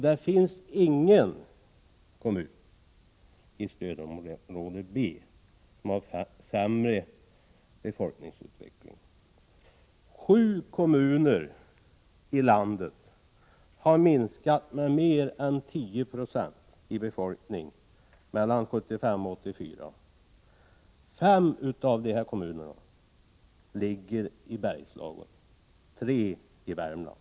Det finns ingen kommun i stödområde B som har sämre befolkningsutveckling. Sju kommuner i landet har minskat med mer än 10 96 i befolkning mellan 1975 och 1984. Fem av de kommunerna ligger i Bergslagen och tre i Värmland.